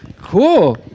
Cool